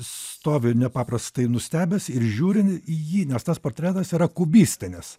stovi nepaprastai nustebęs ir žiūri į jį nes tas portretas yra kubistinis